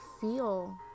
feel